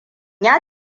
ya